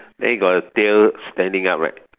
then got the tail standing up right